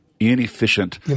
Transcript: inefficient